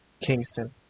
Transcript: Kingston